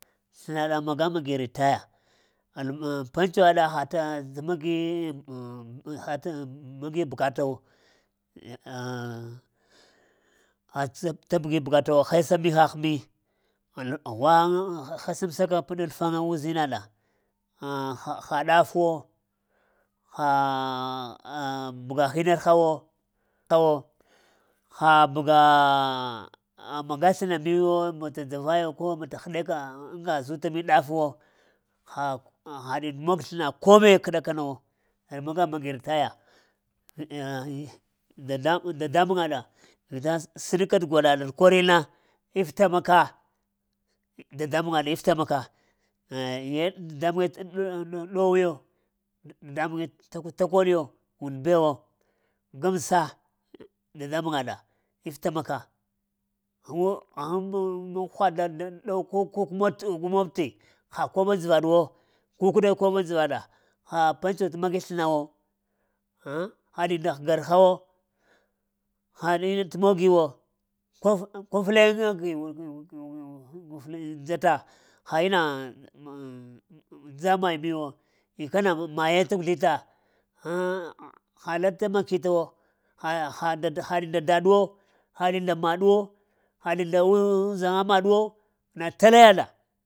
Slənaɗa magamagi ritaya pantsuwaɗa ha bukatawo, ah ha-tə pas təbigi bukatawo hərɓa mihah mi, ghwaŋa ŋ, hesamsaka paɗ alafaŋa uzinaɗa aŋ ha dafuwo ha bəga hinarha wo ha bəga bəga maga slona miwo bata dzavayo koɓo ko bata həɗeka aŋga zuta mi dafawo, haɗi mon sləna komai kəɗakana wo magamagi ritaa, dadambuwaɗa vita sənka tə gwaɗaɗa korina iftamaka. Dadambuwaɗa iftamaka ɗowiyo dadambuŋe təkoɗiyo, undbewo, gamsa dadambuŋwaɗa iftamaka, aghŋ dow kə ummata ha kob aŋ dzəvaɗuwo kukəɗa kob aŋ dzəvaɗa ha pentso tə mani slənawo, aghŋ haɗinda həgar hawo, had in-tə mogiwo kuflenge gi dzata ha inna dza maiy miwo, ikanama maye tə kuzlita ha la tamakitawo, ai haɗi nda ɗaɗwo aɗi nda maɗwo, haɗi nda uzaŋa maɗwo na tala yaɗo.